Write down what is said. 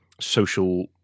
social